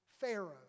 Pharaoh